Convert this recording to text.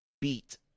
beat